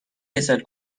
کسل